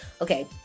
okay